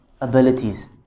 abilities